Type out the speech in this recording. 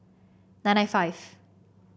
nine nine five